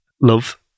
love